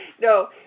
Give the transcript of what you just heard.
No